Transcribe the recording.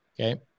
Okay